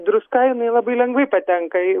druska jinai labai lengvai patenka į